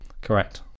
Correct